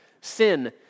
sin